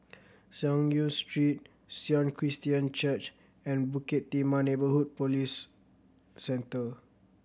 Synagogue Street Sion Christian Church and Bukit Timah Neighbourhood Police Centre